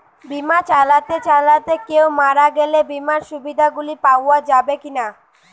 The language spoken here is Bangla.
বিমা চালাতে চালাতে কেও মারা গেলে বিমার সুবিধা গুলি পাওয়া যাবে কি না?